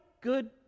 good